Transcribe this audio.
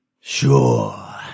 Sure